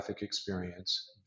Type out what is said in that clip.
experience